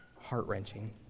heart-wrenching